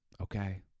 Okay